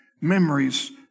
memories